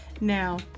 Now